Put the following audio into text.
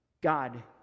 God